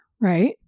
right